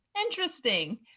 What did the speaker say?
interesting